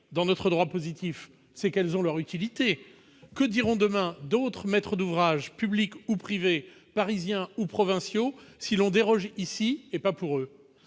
dans notre droit positif, c'est qu'elles ont leur utilité ! Que diront demain d'autres maîtres d'ouvrage, publics ou privés, parisiens ou provinciaux, si l'on déroge ici, mais pas pour eux ?